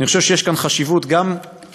אני חושב שיש כאן חשיבות גם בהיכרות,